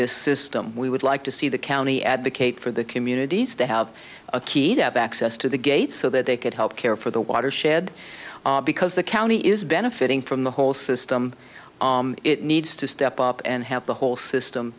this system we would like to see the county advocate for the communities to have a keyed up access to the gates so that they could help care for the watershed because the county is benefiting from the whole system it needs to step up and help the whole system